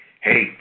Hey